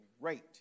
great